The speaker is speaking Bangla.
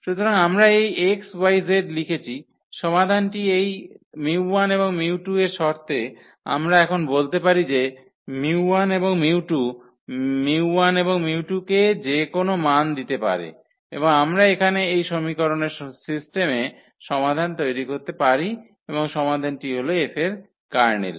সুতরাং আমরা এই xyz লিখেছি সমাধানটি এই 𝜇1 এবং 𝜇2 এর শর্তে আমরা এখন বলতে পারি যে 𝜇1 এবং 𝜇2 𝜇1 এবং 𝜇2 কে যে কোনও মান দিতে পারে এবং আমরা এখানে এই সমীকরণের সিস্টেমে সমাধান তৈরি করতে পারি এবং সমাধানটি হল 𝐹 এর কার্নেল